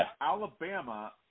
Alabama